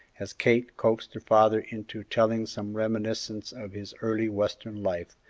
as kate coaxed her father into telling some reminiscences of his early western life,